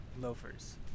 Loafers